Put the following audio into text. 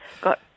got